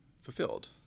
fulfilled